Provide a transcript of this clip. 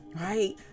right